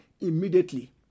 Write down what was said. immediately